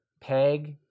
peg